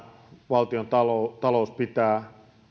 valtiontalouden pitää